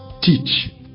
teach